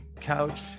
couch